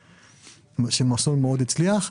מסלול שמאוד הצליח,